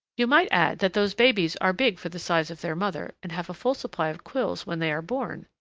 you might add that those babies are big for the size of their mother and have a full supply of quills when they are born,